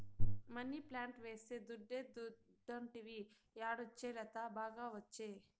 money plant వేస్తే దుడ్డే దుడ్డంటివి యాడొచ్చే లత, బాగా ఒచ్చే